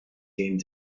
came